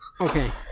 okay